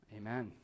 Amen